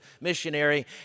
missionary